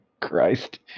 christ